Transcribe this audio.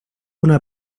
una